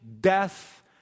death